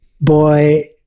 boy